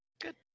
Good